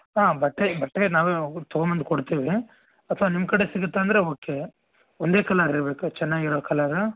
ಹಾಂ ಬಟ್ಟೆ ಈ ಬಟ್ಟೆ ನಾವೇ ಒಗೆದು ತೊಗೊಂಡ್ಬಂದು ಕೊಡ್ತೀವಿ ಅಥವಾ ನಿಮ್ಮ ಕಡೆ ಸಿಗುತ್ತಾ ಅಂದರೆ ಓಕೆ ಒಂದೇ ಕಲರ್ ಇರಬೇಕು ಚೆನ್ನಾಗಿರೋ ಕಲರ್